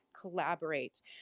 Collaborate